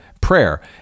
prayer